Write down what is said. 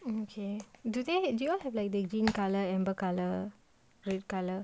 okay do they do you all have like the green colour amber colour red colour